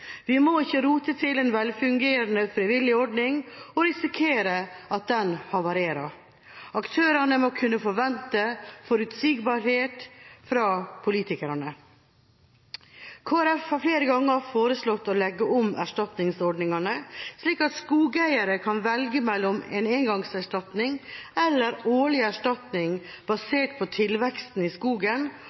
Vi må ikke rote til en velfungerende frivillig ordning og risikere at den havarerer. Aktørene må kunne forvente forutsigbarhet fra politikerne. Kristelig Folkeparti har flere ganger foreslått å legge om erstatningsordningene, slik at skogeiere kan velge mellom en engangserstatning og årlig erstatning basert på tilveksten i skogen